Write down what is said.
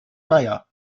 meier